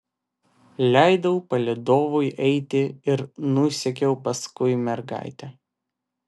leidau palydovui eiti ir nusekiau paskui mergaitę